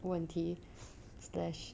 问题 slash